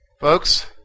folks